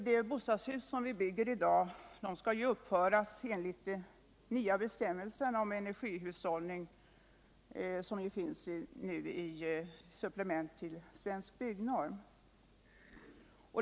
De bostadshus som vi bygger i dag skall uppföras enligt de nya bestämmelser om energihushållning som finns i supplement till Svensk byggnorm.